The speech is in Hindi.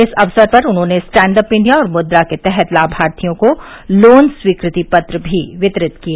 इस अवसर पर उन्होंने स्टैण्डअप इण्डिया और मुद्रा के तहत लामार्थियों को लोन स्वीकृति पत्र भी वितरित किए